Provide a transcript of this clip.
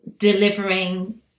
delivering